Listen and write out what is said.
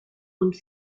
und